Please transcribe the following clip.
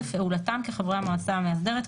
בפעולתם כחברי המועצה המאסדרת,